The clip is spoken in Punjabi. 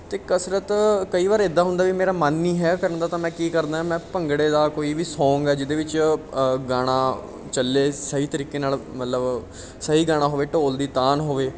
ਅਤੇ ਕਸਰਤ ਕਈ ਵਾਰ ਇੱਦਾਂ ਹੁੰਦਾ ਵੀ ਮੇਰਾ ਮਨ ਨਹੀਂ ਹੈ ਕਰਨ ਦਾ ਤਾਂ ਮੈਂ ਕੀ ਕਰਦਾ ਮੈਂ ਭੰਗੜੇ ਦਾ ਕੋਈ ਵੀ ਸੌਂਗ ਆ ਜਿਹਦੇ ਵਿੱਚ ਗਾਣਾ ਚੱਲੇ ਸਹੀ ਤਰੀਕੇ ਨਾਲ ਮਤਲਬ ਸਹੀ ਗਾਣਾ ਹੋਵੇ ਢੋਲ ਦੀ ਤਾਨ ਹੋਵੇ